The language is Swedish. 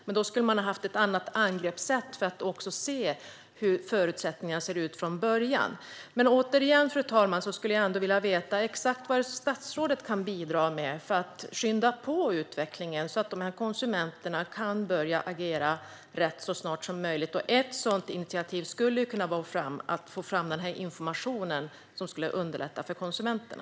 Det hade krävt ett annat angreppssätt för att se hur förutsättningarna såg ut från början. Men återigen, fru talman, vill jag veta exakt vad statsrådet kan bidra med för att skynda på utvecklingen så att konsumenterna kan börja agera så snart som möjligt. Ett sådant initiativ skulle kunna vara att ta fram information som skulle underlätta det hela för konsumenterna.